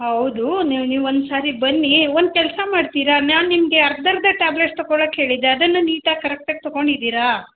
ಹೌದೂ ನೀವು ನೀವು ಒಂದ್ಸರ್ತಿ ಬನ್ನಿ ಒಂದು ಕೆಲಸ ಮಾಡ್ತೀರಾ ನಾನು ನಿಮಗೆ ಅರ್ಧರ್ಧ ಟ್ಯಾಬ್ಲೆಟ್ಸ್ ತಕೊಳೊಕ್ಕೆ ಹೇಳಿದ್ದೆ ಅದನ್ನ ನೀಟಾಗಿ ಕರೆಕ್ಟಾಗಿ ತಗೊಂಡಿದ್ದೀರಾ